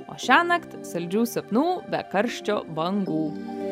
o šiąnakt saldžių sapnų be karščio bangų